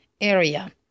area